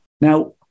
Now